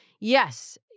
Yes